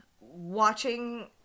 Watching